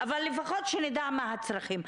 אבל לפחות שנדע מה הצרכים.